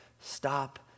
Stop